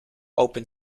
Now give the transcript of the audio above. open